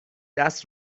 دست